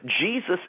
Jesus